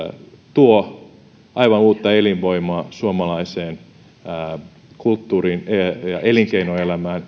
tuo aivan uutta elinvoimaa suomalaiseen kulttuuriin ja elinkeinoelämään